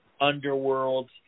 underworld